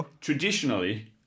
Traditionally